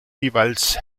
jeweils